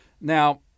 Now